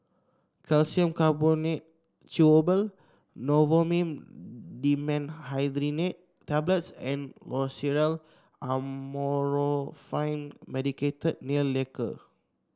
Calcium Carbonate Chewable Novomin Dimenhydrinate Tablets and Loceryl Amorolfine Medicated Nail Lacquer